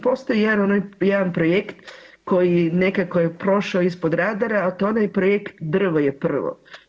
Postoji onaj jedan projekt koji nekako je prošao ispod radara, a to je ona projekt Drvo je prvo.